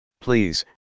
Please